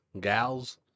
gals